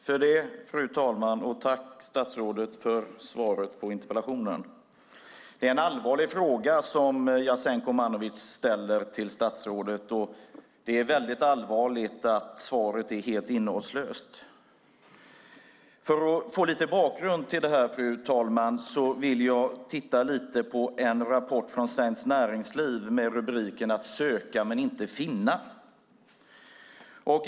Fru talman! Tack, statsrådet, för svaret på interpellationen! Det är en allvarlig fråga som Jasenko Omanovic ställer till statsrådet, och det är väldigt allvarligt att svaret är helt innehållslöst. För att få lite bakgrund till det här, fru talman, vill jag titta lite på en rapport från Svenskt Näringsliv med titeln Att söka men inte finna .